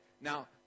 Now